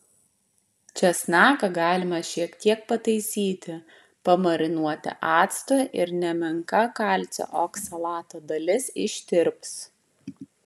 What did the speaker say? česnaką galima šiek tiek pataisyti pamarinuoti actu ir nemenka kalcio oksalato dalis ištirps